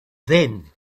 then